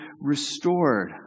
restored